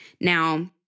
Now